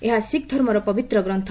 ଏହା ଶିଖ୍ଧର୍ମର ପବିତ୍ର ଗ୍ରନ୍ଥ